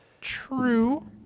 True